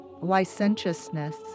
licentiousness